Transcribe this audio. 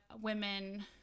women